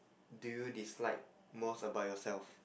do you dislike most about yourself